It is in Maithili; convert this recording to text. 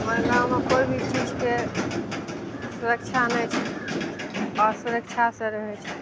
महिलामे कोइ भी चीजके सुरक्षा नहि छै असुरक्षासँ रहय छै